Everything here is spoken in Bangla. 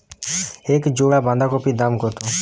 এক জোড়া বাঁধাকপির দাম কত?